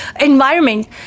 environment